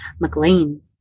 McLean